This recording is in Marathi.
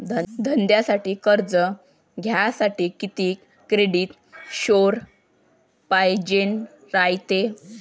धंद्यासाठी कर्ज घ्यासाठी कितीक क्रेडिट स्कोर पायजेन रायते?